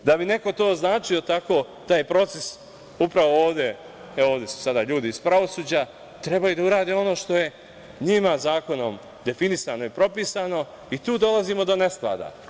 Da bi neko to označio tako, taj proces, upravo ovde su sada ljudi iz pravosuđa, treba i da urade ono što je njima zakonom definisano i propisano i tu dolazimo do nesklada.